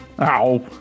Ow